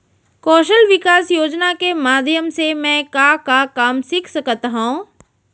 कौशल विकास योजना के माधयम से मैं का का काम सीख सकत हव?